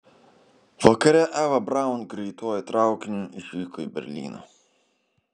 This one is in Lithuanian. vakare eva braun greituoju traukiniu išvyko į berlyną